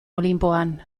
olinpoan